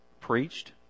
preached